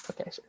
Okay